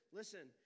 listen